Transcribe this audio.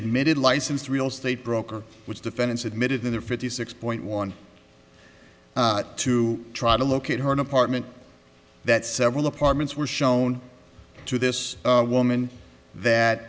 admitted licensed real estate broker which defendants admitted in the fifty six point one to try to locate her an apartment that several apartments were shown to this woman that